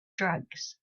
drugs